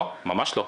לא, ממש לא.